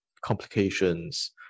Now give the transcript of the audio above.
complications